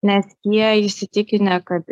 nes jie įsitikinę kad